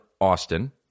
austin